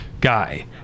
guy